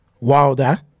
Wilder